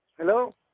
Hello